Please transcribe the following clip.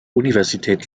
universität